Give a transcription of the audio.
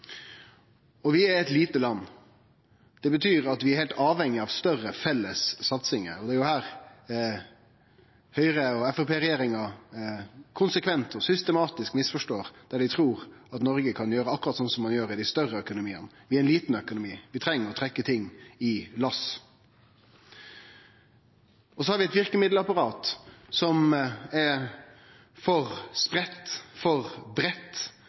bildet. Vi er eit lite land. Det betyr at vi er heilt avhengige av større felles satsingar. Det er her Høgre–Framstegsparti-regjeringa konsekvent og systematisk misforstår, der dei trur at Noreg kan gjere akkurat slik som dei større økonomiane kan. Vi er ein liten økonomi. Vi treng å trekkje i lass. Vi har eit verkemiddelapparat som er for spreitt, for breitt